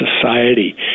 society